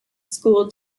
school